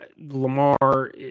lamar